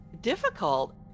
difficult